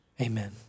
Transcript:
Amen